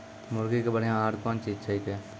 मुर्गी के बढ़िया आहार कौन चीज छै के?